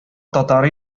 татар